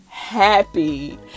happy